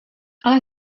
ale